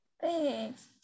Thanks